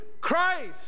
Christ